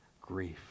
grief